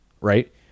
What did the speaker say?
right